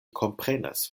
komprenas